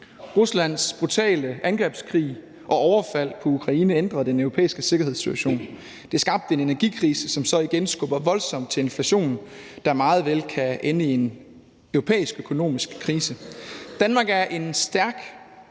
Ruslands brutale angrebskrig og overfald på Ukraine den europæiske sikkerhedssituation, hvilket skabte en energikrise, som så igen skubber voldsomt til inflationen, der meget vel kan ende med en europæisk økonomisk krise. Danmark er en stærk